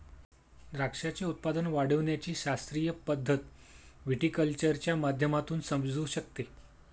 द्राक्षाचे उत्पादन वाढविण्याची शास्त्रीय पद्धत व्हिटीकल्चरच्या माध्यमातून समजू शकते